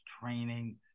training